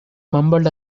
mumbled